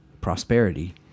prosperity